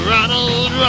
Ronald